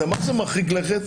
זה מה זה מרחיק לכת,